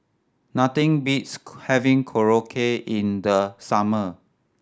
nothing beats having Korokke in the summer